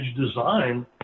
design